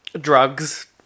drugs